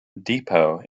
depot